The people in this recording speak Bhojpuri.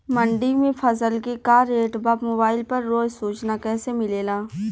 मंडी में फसल के का रेट बा मोबाइल पर रोज सूचना कैसे मिलेला?